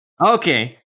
Okay